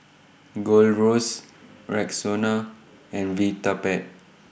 Gold Roast Rexona and Vitapet